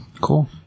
cool